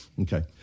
Okay